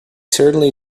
certainly